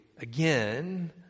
again